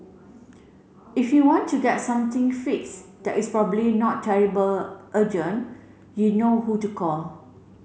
if you want to get something fixed that is probably not terrible urgent you know who to call